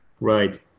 Right